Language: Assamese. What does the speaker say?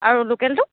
আৰু লোকেলটো